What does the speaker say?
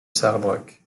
sarrebruck